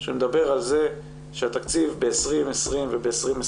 שמדבר על זה שהתקציב ב-2020 וב-2021,